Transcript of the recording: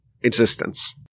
existence